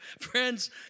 friends